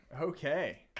okay